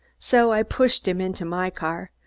so i pushed him into my car,